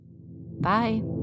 Bye